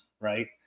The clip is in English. right